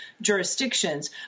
jurisdictions